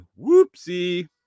whoopsie